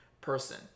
person